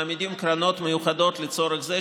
מעמידים קרנות מיוחדות לצורך זה,